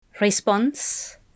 Response